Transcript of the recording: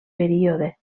període